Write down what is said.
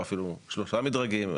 או אפילו שלושה מדרגים.